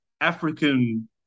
African